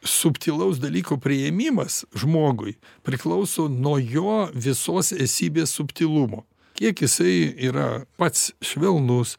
subtilaus dalyko priėmimas žmogui priklauso nuo jo visos esybės subtilumo kiek jisai yra pats švelnus